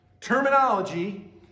terminology